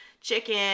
Chicken